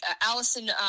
Allison